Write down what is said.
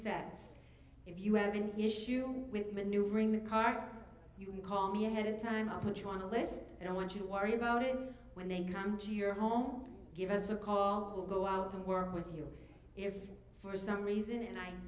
seconds if you have an issue with maneuvering the car you can call me ahead of time or put you on a list and i want you to worry about it when they come to your home give us a call go out and work with you if for some reason and i